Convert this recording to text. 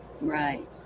right